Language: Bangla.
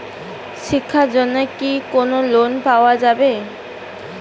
শিক্ষার জন্যে কি কোনো লোন পাওয়া যাবে?